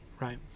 right